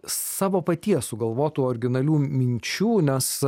savo paties sugalvotų originalių minčių nes